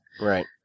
Right